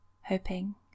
hoping